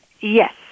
Yes